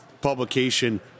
publication